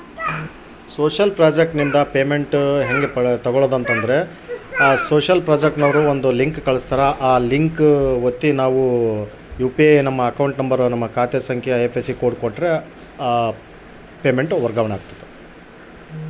Social project ನಿಂದ payment ಹೆಂಗೆ ತಕ್ಕೊಳ್ಳದು?